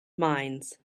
minds